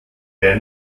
der